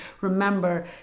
remember